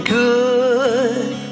good